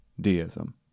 Deism